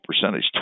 percentage